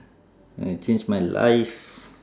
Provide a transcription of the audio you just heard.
it changed my life